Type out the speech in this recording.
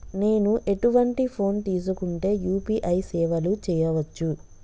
నేను ఎటువంటి ఫోన్ తీసుకుంటే యూ.పీ.ఐ సేవలు చేయవచ్చు?